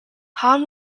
hahn